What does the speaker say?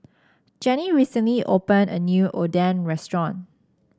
Jenni recently opened a new Oden Restaurant